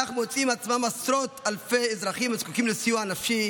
כך מוצאים עצמם עשרות אלפי אזרחים הזקוקים לסיוע נפשי